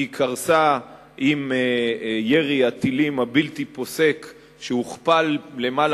היא קרסה עם ירי הטילים הבלתי-פוסק שהוכפל למעלה